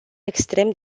extrem